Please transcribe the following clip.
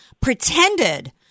pretended